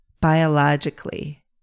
biologically